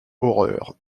horreur